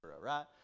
right